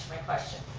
question,